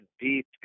deep